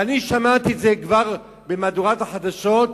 ואני שמעתי כבר במהדורת החדשות,